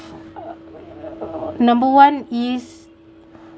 number one is